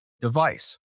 device